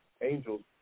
angels